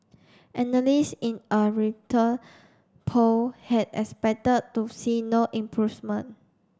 analyst in a Reuter poll had expected to see no improvement